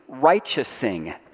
righteousing